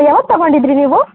ಯಾವತ್ತು ತಗೊಂಡಿದ್ರಿ ನೀವು